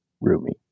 Rumi